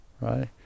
right